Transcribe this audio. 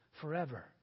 forever